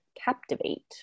captivate